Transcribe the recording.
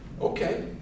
okay